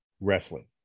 wrestling